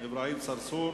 אברהים צרצור.